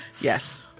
Yes